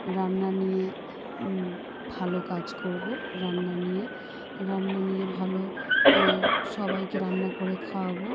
রান্না নিয়ে ভালো কাজ করবো রান্না নিয়ে রান্না নিয়ে ভালো সবাইকে রান্না করে করে খাওয়াবো